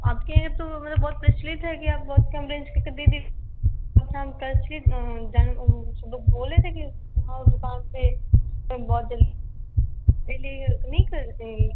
आपके यहाँ तो मेरा बहुत प्रचलित है कि आप बहुत कम रेंज के कभी भी अपना प्रचलित जाना मुझसे तो बोले थे कि वहाँ उस दुकान पर बहुत जल्दी नहीं कर देंगी